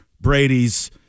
Brady's